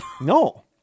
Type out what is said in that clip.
No